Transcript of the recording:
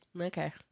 Okay